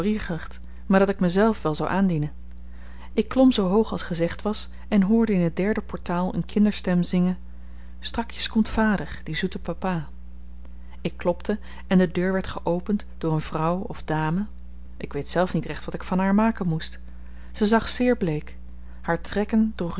maar dat ik mezelf wel zou aandienen ik klom zoo hoog als gezegd was en hoorde in het derde portaal een kinderstem zingen strakjes komt vader die zoete papa ik klopte en de deur werd geopend door een vrouw of dame ik weet zelf niet recht wat ik van haar maken moest ze zag zeer bleek haar trekken